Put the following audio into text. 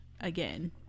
again